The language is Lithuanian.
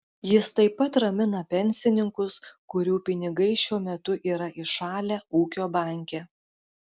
jis taip pat ramina pensininkus kurių pinigai šiuo metu yra įšalę ūkio banke